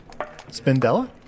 Spindella